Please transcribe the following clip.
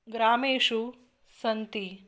ग्रामेषु सन्ति